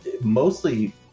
Mostly